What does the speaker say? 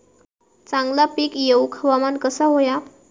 चांगला पीक येऊक हवामान कसा होया?